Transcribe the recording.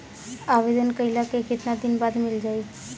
आवेदन कइला के कितना दिन बाद मिल जाई?